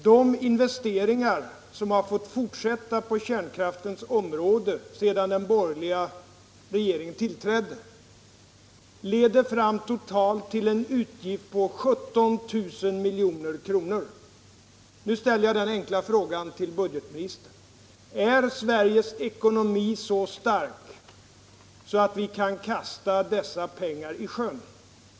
De investeringar som har fått fortsätta på kärnkraftsområdet sedan den borgerliga regeringen tillträdde leder fram till en utgift på totalt 17 miljarder kronor. Nu ställer jag den enkla frågan till budgetministern: Är Sveriges ekonomi så stark att vi kan kasta dessa pengar i sjön?